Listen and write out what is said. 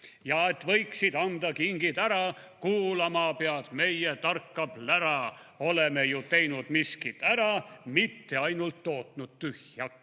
ja et võiksid anda kingid ära, / kuulama pead meie tarka plära. / Oleme ju teinud miskit ära, / mitte ainult tootnud tühja